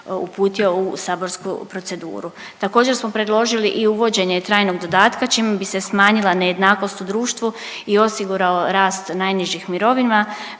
uputio u saborsku proceduru. Također smo predložili i uvođenje trajnog dodatka čime bi se smanjila nejednakost u društvu i osigurao rast najnižih mirovina.